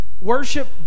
Worship